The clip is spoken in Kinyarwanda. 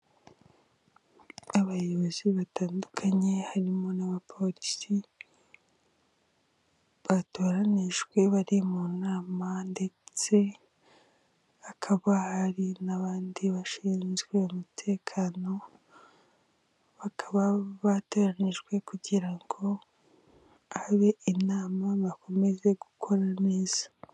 Abayobozi batandukanye harimo n'abapolisi batoranijwe bari mu nama, ndetse hakaba hari n'abandi bashinzwe umutekano, bakaba bateranijwe kugira ngo habe inama bakomeze gukora neza.